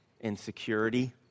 insecurity